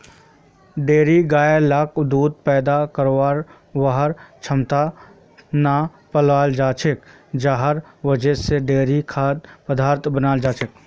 dairy गाय लाक दूध पैदा करवार वहार क्षमतार त न पालाल जा छेक जहार वजह से डेयरी खाद्य पदार्थ बन छेक